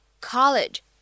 college